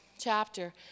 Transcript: chapter